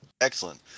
excellent